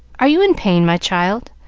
are you in pain, my child?